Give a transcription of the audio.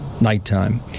nighttime